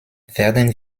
werden